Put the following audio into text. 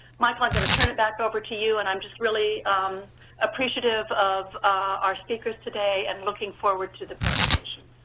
michael, i'm going to turn it back over to you and i'm just really appreciative of our speakers today and looking forward to the presentation.